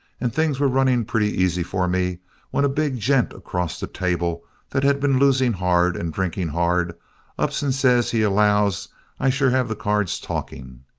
and things were running pretty easy for me when a big gent across the table that had been losing hard and drinking hard ups and says he allows i sure have the cards talking.